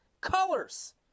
colors